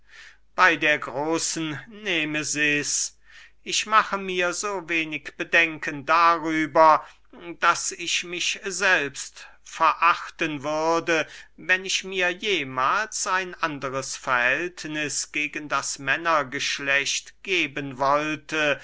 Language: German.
bey der großen nemesis ich mache mir so wenig bedenken darüber daß ich mich selbst verachten würde wenn ich mir jemahls ein anderes verhältniß gegen das männergeschlecht geben wollte